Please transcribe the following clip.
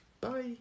Bye